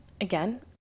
again